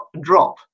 drop